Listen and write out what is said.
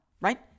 right